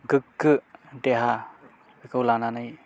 गोग्गो देहा बेखौ लानानै